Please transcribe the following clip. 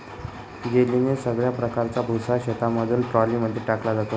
जेलीने सगळ्या प्रकारचा भुसा शेतामधून ट्रॉली मध्ये टाकला जातो